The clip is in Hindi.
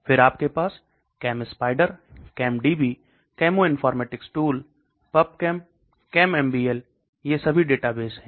फिर आपके पास Chemspider ChemDB chemoinformatics tool PubChem ChemMBL ये सभी डेटाबेस हैं